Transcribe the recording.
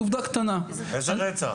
עובדה קטנה --- איזה רצח?